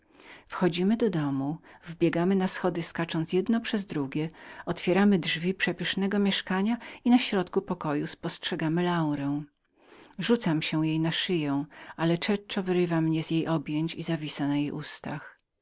wchodzimy do domu wbiegamy na schody skaczemy jedno przez drugie otwieramy drzwi do przepysznego mieszkania i na środku pokoju spostrzegamy laurę rzucam się jej na szyję ale czeko wyrywa mnie z jej objęć i